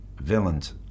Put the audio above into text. villains